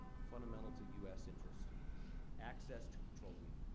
fundamental to u s. interests access to petroleum.